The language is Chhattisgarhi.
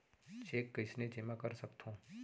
चेक कईसने जेमा कर सकथो?